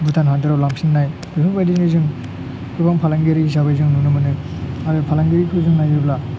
भुटान हादराव लांफिननाय बेफोरबादिनो जों फालांगिरि हिसाबै जों नुनो मोनो आरो फालांगिरिखौ जों नायोब्ला